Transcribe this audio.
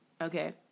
okay